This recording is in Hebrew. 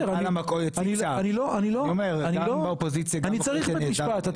אני צריך בית משפט.